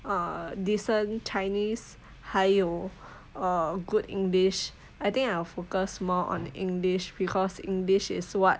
uh decent chinese 还有 err good english I think I will focus more on english because english is [what]